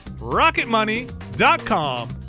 rocketmoney.com